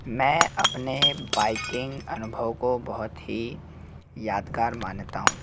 मैं अपने बाइकिंग अनुभव को बहुत ही यादगार मानता हूँ